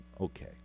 Okay